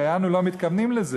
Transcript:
הרי אנו לא מתכוונים לזה.